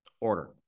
order